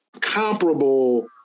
comparable